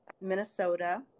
Minnesota